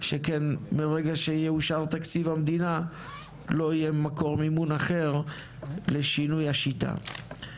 שכן מהרגע שיאושר תקציב המדינה לא יהיה מקור מימון אחר לשינוי השיטה.